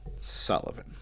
Sullivan